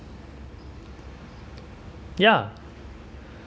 ya